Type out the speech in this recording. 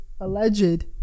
alleged